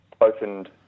opened